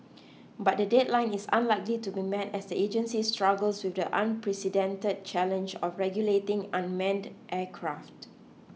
but the deadline is unlikely to be met as the agency struggles with the unprecedented challenge of regulating unmanned aircraft